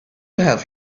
have